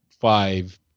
five